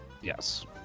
Yes